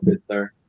sir